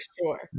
sure